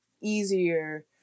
easier